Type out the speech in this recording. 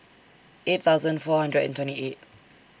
eight thousand four hundred and twenty eight